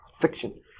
Fiction